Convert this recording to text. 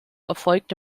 erfolgte